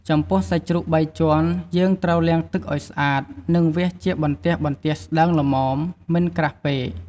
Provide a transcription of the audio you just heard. ចំពោះសាច់ជ្រូកបីជាន់ យើងត្រូវលាងទឹកឱ្យស្អាត និងវះជាបន្ទះៗស្ដើងល្មម មិនក្រាស់ពេក។